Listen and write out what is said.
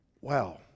Wow